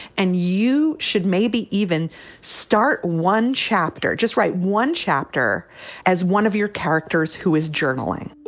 and you should maybe even start one chapter. just write one chapter as one of your characters who is journaling